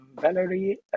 Valerie